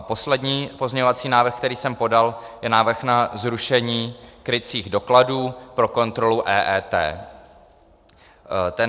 Poslední pozměňovací návrh, který jsem podal, je návrh na zrušení krycích dokladů pro kontrolu EET.